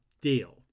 deal